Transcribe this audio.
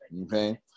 Okay